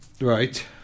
Right